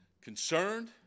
concerned